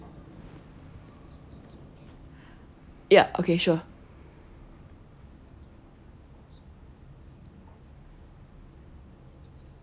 ya okay sure